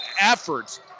efforts